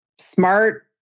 smart